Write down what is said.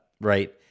right